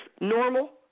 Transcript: normal